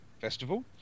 festival